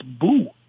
boo